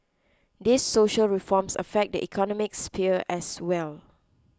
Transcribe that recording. these social reforms affect the economic sphere as well